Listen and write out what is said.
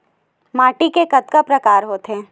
माटी के कतका प्रकार होथे?